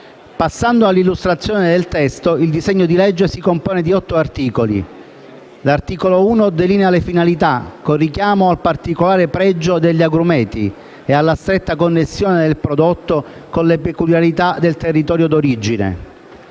Passando all'illustrazione del testo, il disegno di legge si compone di otto articoli. L'articolo 1 delinea le finalità, con richiamo al particolare pregio degli agrumeti e alla stretta connessione del prodotto con le peculiarità del territorio d'origine.